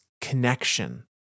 connection